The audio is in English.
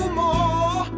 more